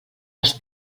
els